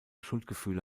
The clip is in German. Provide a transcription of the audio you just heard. schuldgefühle